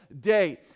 day